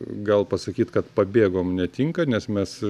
gal pasakyt kad pabėgom netinka nes mes